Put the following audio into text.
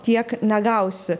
tiek negausi